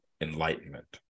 enlightenment